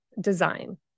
design